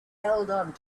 held